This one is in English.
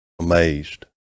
amazed